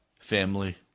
family